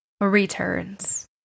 returns